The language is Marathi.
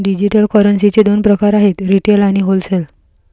डिजिटल करन्सीचे दोन प्रकार आहेत रिटेल आणि होलसेल